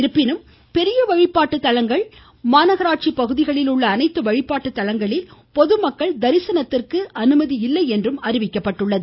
இருப்பினும் பெரிய வழிபாட்டு தலங்கள் மாநகராட்சி பகுதிகளில் உள்ள அனைத்து வழிபாட்டு தலங்களில் பொதுமக்கள் தரிசனத்திற்கு அனுமதி இல்லையென்றும் அறிவிக்கப்பட்டுள்ளது